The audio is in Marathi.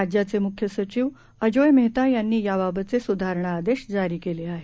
राज्याचे मुख्य सचिव अजोय मेहता यांनी याबाबतचे सुधारणा आदेश जारी केले आहेत